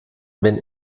wenn